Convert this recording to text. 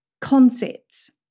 concepts